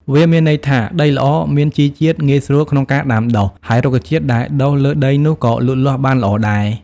វាមានន័យថា ដីល្អមានជីជាតិ ងាយស្រួលក្នុងការដាំដុះ ហើយរុក្ខជាតិដែលដុះលើដីនោះក៏លូតលាស់បានល្អដែរ។